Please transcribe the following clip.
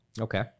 okay